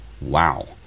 Wow